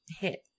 hit